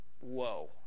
whoa